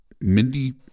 Mindy